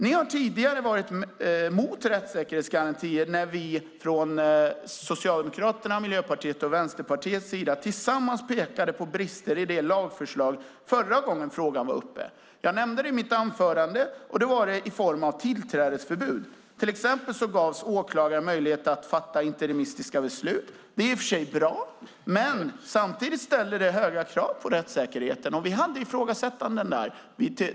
Ni var tidigare varit mot rättssäkerhetsgarantier när vi från Socialdemokraterna, Miljöpartiet och Vänsterpartiet tillsammans pekade på brister i lagförslaget förra gången frågan var uppe. Som jag nämnde i mitt anförande var det då i form av tillträdesförbud. Till exempel gavs åklagare möjlighet att fatta interimistiska beslut. Det är i och för sig bra, men samtidigt ställer det höga krav på rättssäkerheten. Och vi hade ifrågasättanden där.